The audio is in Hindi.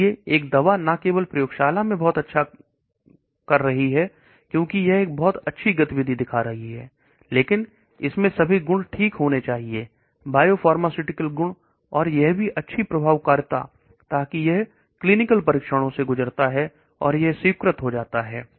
इसलिए एक दवा ना केवल प्रयोगशाला में बहुत अच्छा कार्य कर रही है क्योंकि यह एक बहुत अच्छी गतिविधि दिखा रही है लेकिन इसमें सभी गुण ठीक होने चाहिए बायोफार्मास्यूटिकल गुण और यह भी अच्छी प्रभावकारिता हाथों से गुजरता है और यह स्वीकृत हो जाता है